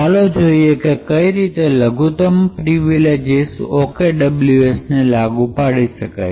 ચાલો જોઈએ કે કઈ રીતે લઘુત્તમ પ્રિવિલેજીસ OKWS ને લાગુ પાડી શકાય